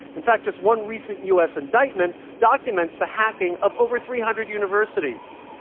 in fact, just one recent us indictment documents the hacking of over three hundred universities.